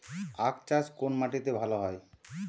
আখ চাষ কোন মাটিতে ভালো হয়?